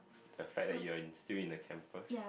the fact that you're in still in the campus